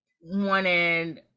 wanted